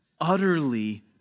utterly